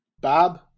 Bob